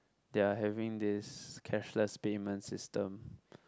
they are having this cashless payment system